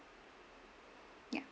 ya